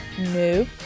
No